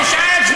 ) תמשיך להסית,